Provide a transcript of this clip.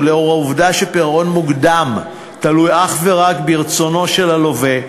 ולאור העובדה שפירעון מוקדם תלוי אך ורק ברצונו של הלווה,